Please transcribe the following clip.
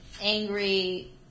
angry